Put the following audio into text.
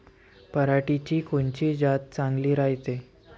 पऱ्हाटीची कोनची जात चांगली रायते?